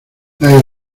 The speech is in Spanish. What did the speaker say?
las